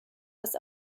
das